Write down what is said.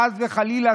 חס וחלילה,